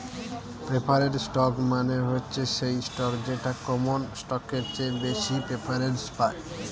preferred stock মানে হচ্ছে সেই স্টক যেটা কমন স্টকের চেয়ে বেশি প্রেফারেন্স পায়